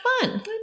fun